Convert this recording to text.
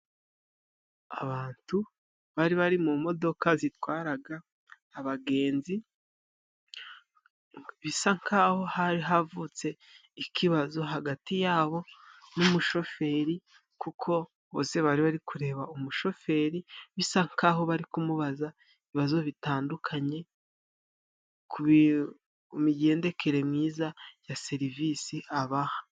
Abantu bari bari mu modoka zitwaraga abagenzi bisa nkaho hari havutse ikibazo hagati yabo n'umushoferi kuko bose bari bari kureba umushoferi. Bisa nkaho bari kumubaza ibibazo bitandukanye ku migendekere myiza ya serivisi abaha.